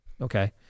Okay